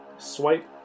swipe